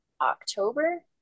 october